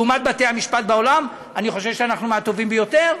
לעומת בתי המשפט בעולם אני חושב שאנחנו הטובים ביותר.